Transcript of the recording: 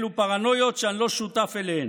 אלו פרנויות שאני לא שותף אליהן.